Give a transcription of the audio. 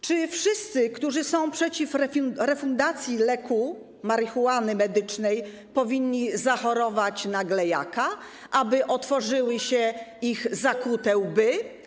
Czy wszyscy, którzy są przeciw refundacji leku, marihuany medycznej, powinni zachorować na glejaka, aby otworzyły się ich zakute łby?